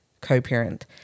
co-parent